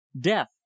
death